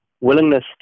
willingness